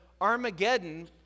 Armageddon